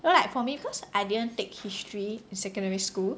you know like for me cause I didn't take history in secondary school